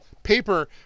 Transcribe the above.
paper